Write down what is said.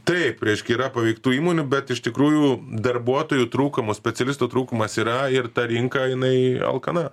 taip reiškiai yra paveiktų įmonių bet iš tikrųjų darbuotojų trūkumas specialistų trūkumas yra ir ta rinka jinai alkana